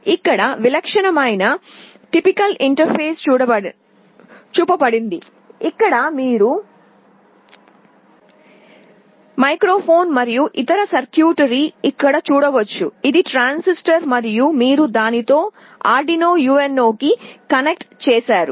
ఇక్కడ విలక్షణమైన ఇంటర్ఫేస్ చూపబడింది ఇక్కడ మీరు ఇక్కడ కూర్చున్న మైక్రోఫోన్ మరియు ఇతర సర్క్యూట్రీలను ఇక్కడ చూడవచ్చు ఇది ట్రాన్సిస్టర్ మరియు మీరు దానితో ఆర్డునో UNO కి కనెక్ట్ చేసారు